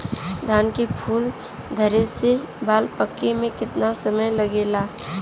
धान के फूल धरे से बाल पाके में कितना समय लागेला?